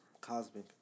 Cosmic